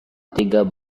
tiga